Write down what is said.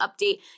update